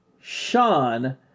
Sean